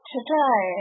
Today